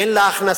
ואין לה הכנסה,